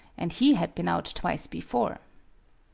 and he had been out twice before.